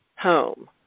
home